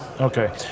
Okay